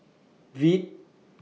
Veet